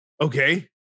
Okay